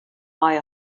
buy